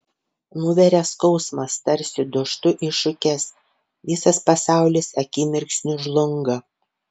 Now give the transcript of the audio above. nuveria skausmas tarsi dūžtu į šukes visas pasaulis akimirksniu žlunga